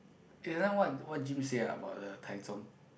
eh just now what what Jim say ah about the Tai-chung